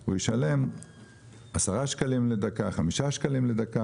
הוא ישלם 10 שקלים לדקה, 5 שקלים לדקה.